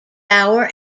bower